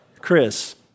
Chris